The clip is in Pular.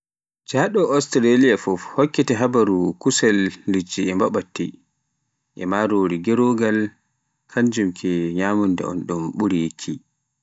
Njaɗo Australiya fuf, hokkete habaruu, kusel liɗɗi e mbaɓatti, e marori gerogal, hannjum ke nyamunda un ɗum ɓuri yikki.